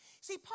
See